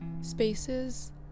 spaces